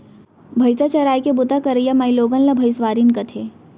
भईंसा चराय के बूता करइया माइलोगन ला भइंसवारिन कथें